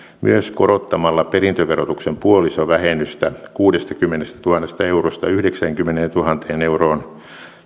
myös korottamalla perintöverotuksen puolisovähennystä kuudestakymmenestätuhannesta eurosta yhdeksäänkymmeneentuhanteen euroon